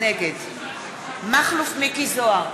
נגד מכלוף מיקי זוהר,